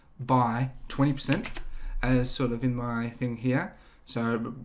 by twenty percent as sort of in my thing here so